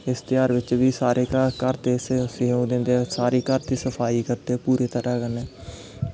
इस तेहार बिच्च बी सारे घर दी सफाई करदे पूरी तरह कन्नै